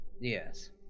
yes